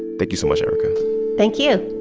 thank you so much, erika thank you